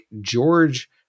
George